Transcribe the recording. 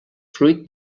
fruit